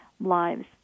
lives